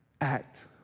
act